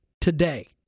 today